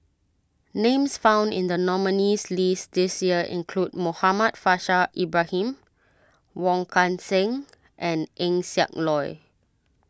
names found in the nominees' list this year include Muhammad Faishal Ibrahim Wong Kan Seng and Eng Siak Loy